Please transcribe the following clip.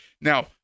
Now